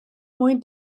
mwyn